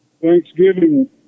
Thanksgiving